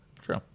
True